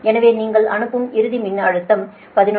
எனவே நீங்கள் அனுப்பும் இறுதி மின்னழுத்தம் 11